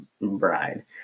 bride